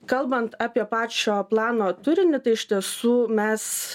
kalbant apie pačio plano turinį tai iš tiesų mes